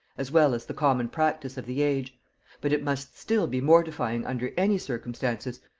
as well as the common practice of the age but it must still be mortifying under any circumstances,